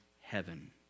heaven